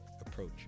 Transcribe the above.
approach